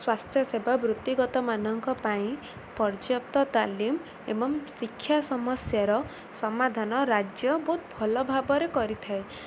ସ୍ୱାସ୍ଥ୍ୟ ସେବା ବୃତ୍ତିଗତମାନଙ୍କ ପାଇଁ ପର୍ଯ୍ୟାପ୍ତ ତାଲିମ ଏବଂ ଶିକ୍ଷା ସମସ୍ୟାର ସମାଧାନ ରାଜ୍ୟ ବହୁତ ଭଲ ଭାବରେ କରିଥାଏ